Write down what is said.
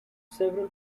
several